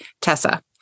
Tessa